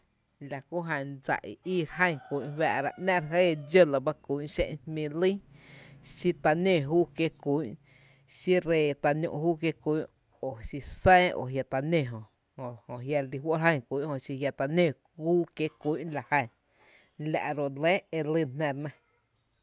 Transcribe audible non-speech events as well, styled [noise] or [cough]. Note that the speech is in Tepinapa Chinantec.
La kú jan dsa i íí re jan kú’n re [noise] fáá’ra ‘nⱥ’ re jɇɇ dxó lɇ bá kú’n xé’n jmíí lýn, [noise] xi ta nǿǿ júú kiéé’ kú’n, xí ree ta nü’ júú kiéé’ kú’n po xí san o jia’ ta nǿǿ jö, jö jia’ re lí fó’ re ján kú’n jö xi jia’ ta nǿǿ júú kiéé’ [noise] kú’n la jan, la’ ro re lɇ e lýna jná re nɇ.